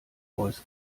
voice